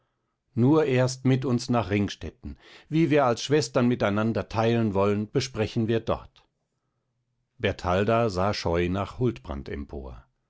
nur erst mit uns nach ringstetten wie wir als schwestern miteinander teilen wollen besprechen wir dort bertalda sah scheu nach